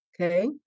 Okay